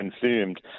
confirmed